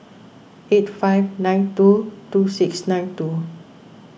eight five nine two two six nine two